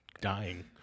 dying